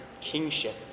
kingship